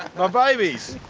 my babies.